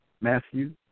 Matthew